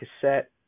cassette